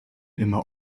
immer